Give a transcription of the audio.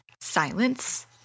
silence